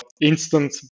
instant